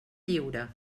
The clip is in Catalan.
lliure